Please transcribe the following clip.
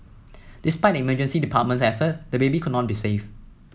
despite the emergency department's effort the baby could not be saved